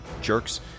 jerks